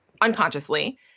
unconsciously